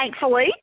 thankfully